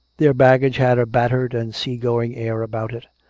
their baggage had a battered and sea-going air about it,